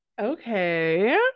Okay